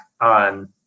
on